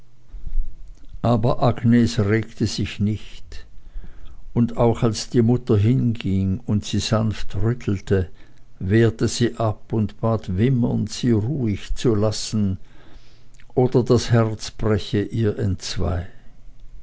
aber agnes regte sich nicht und auch als die mutter hinging und sie sanft rüttelte wehrte sie ab und bat wimmernd sie ruhig zu lassen oder das herz breche ihr entzwei